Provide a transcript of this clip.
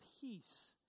peace